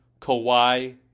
Kawhi